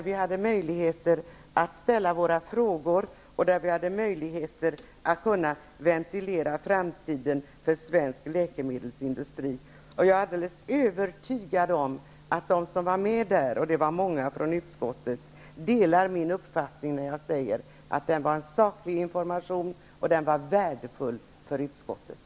Vi hade möjligheter att ställa frågor och ventilera framtiden för svensk läkemedelsindustri. Jag är alldeles övertygad om att de som var närvarande -- och det var många från utskottet där -- delar min uppfattning att det var en saklig information som var värdefull för utskottet.